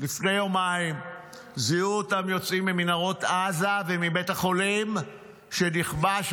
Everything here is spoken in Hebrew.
לפני יומיים זיהו אותם יוצאים ממנהרות עזה ומבית החולים שנכבש,